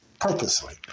purposely